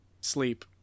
sleep